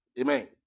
Amen